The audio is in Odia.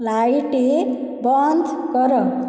ଲାଇଟ୍ ବନ୍ଦ କର